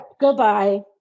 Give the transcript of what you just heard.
Goodbye